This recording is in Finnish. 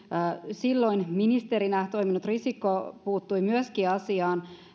silloin ministerinä toiminut risikko puuttui myöskin asiaan ja